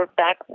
back